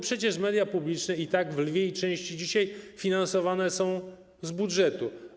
Przecież media publiczne i tak w lwiej części są dzisiaj finansowane z budżetu.